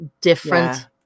different